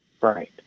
Right